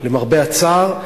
למרבה הצער,